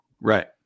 Right